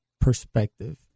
perspective